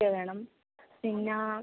വേണം പിന്നെ